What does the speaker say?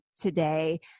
today